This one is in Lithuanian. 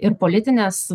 ir politines